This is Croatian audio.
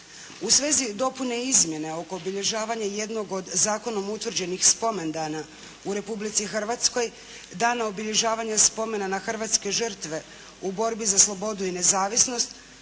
U svezi dopune izmjene oko obilježavanja jednog od zakonom utvrđenih spomendana u Republici Hrvatskoj Dana obilježavanja spomena na hrvatske žrtve u borbi za slobodu i nezavisnost